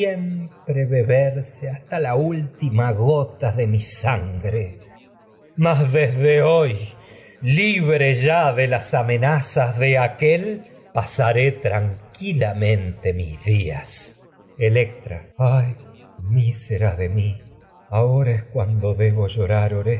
beberse hasta la última gota de mi amenazas gre mas desde hoy libre ya de las de aquél pasaré tranquilamente mis días electra ay mísera de mi tu ahora es cuando en debo te llorar